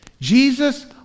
Jesus